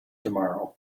tomorrow